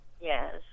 Yes